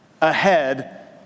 ahead